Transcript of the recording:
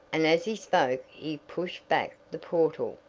and as he spoke he pushed back the portal,